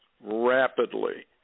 rapidly